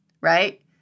right